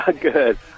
Good